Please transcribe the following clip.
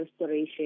restoration